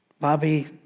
Bobby